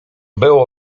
było